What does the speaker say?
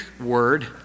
word